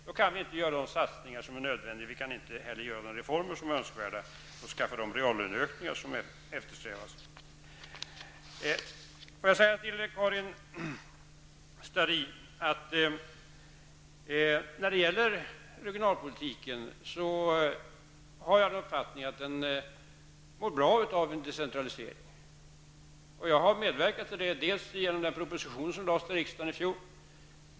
Då kan vi inte göra de satsningar som är nödvändiga, inte genomföra de reformer som är önskvärda och inte heller åstadkomma de reallöneökningar som eftersträvas. Till Karin Starrin vill jag säga att jag tror att regionalpolitiken mår bra av en decentralisering. Jag har medverkat till detta bl.a. genom den proposition som lades fram för riksdagen i fjol.